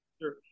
Sure